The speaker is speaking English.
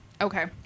Okay